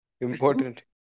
important